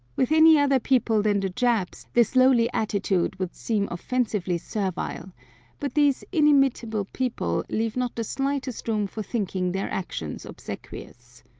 with any other people than the japs this lowly attitude would seem offensively servile but these inimitable people leave not the slightest room for thinking their actions obsequious.